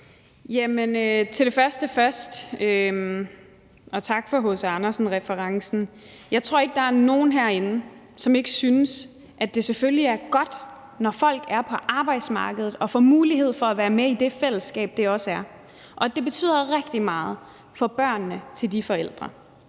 Jeg tror ikke, der er nogen herinde, som ikke synes, at det selvfølgelig er godt, når folk er på arbejdsmarkedet og får mulighed for at være med i det fællesskab, det også er, og at det betyder rigtig meget for børnene til de forældre.